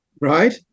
right